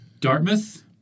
Dartmouth